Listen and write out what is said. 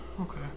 Okay